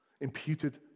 imputed